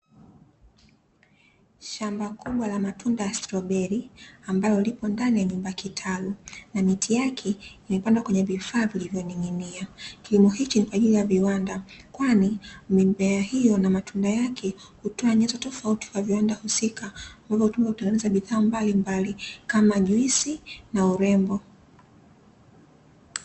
Shamba kubwa la matunda ya stroberi, ambalo lipo ndani ya nyumba kitalu na miti yake imepandwa kwenye vifaa vilivyoning'inia. Kilimo hichi ni kwa ajili ya viwanda kwani mimea hiyo na matunda yake hutoa nyenzo tofauti kwa viwanda husika, ambavyo hutumika kutengeneza bidhaa mbalimbali, kama juisi na urembo.